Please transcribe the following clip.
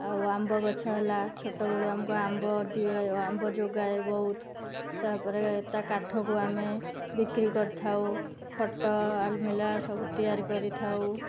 ଆଉ ଆମ୍ବଗଛ ହେଲା ଛୋଟବେଳୁ ଆମକୁ ଆମ୍ବ ଦିଏ ଆମ୍ବ ଯୋଗାଏ ବହୁତ ତା'ପରେ ତା' କାଠକୁ ଆମେ ବିକ୍ରି କରିଥାଉ ଖଟ ଆଲମୀରା ସବୁ ତିଆରି କରିଥାଉ